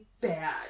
bad